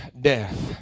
death